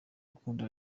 urukundo